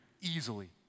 easily